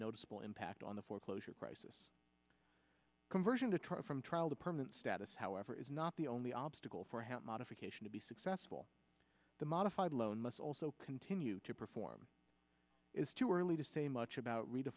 noticeable impact on the foreclosure crisis conversion to truck from trial the permanent status however is not the only obstacle for him modification to be successful the modified loan must also continue to perform is too early to say much about